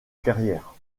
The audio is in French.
carrière